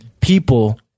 people